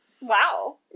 wow